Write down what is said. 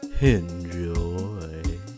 Enjoy